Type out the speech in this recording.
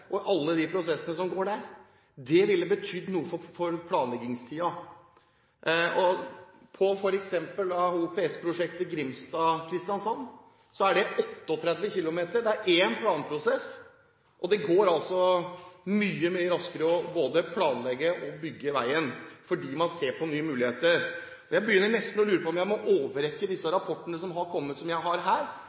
og alle de prosessene som går der. Det ville betydd noe for planleggingstiden. For eksempel OPS-prosjektet Grimstad–Kristiansand er 38 km – det er én planprosess, og det går mye raskere både å planlegge og bygge veien fordi man ser på nye muligheter. Jeg begynner nesten å lure på om jeg må overrekke disse rapportene som har kommet, som jeg har her,